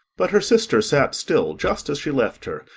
but her sister sat still just as she left her,